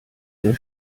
der